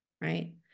Right